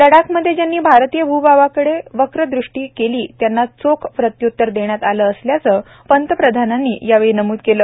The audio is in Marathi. लडाखमधे ज्यांनी भारतीय भूभागाकडे वक्र दृष्टी केली त्यांना चोख प्रत्य्तर देण्यात आलं असल्याचं पंतप्रधानांनी यावेळी नम्द केलं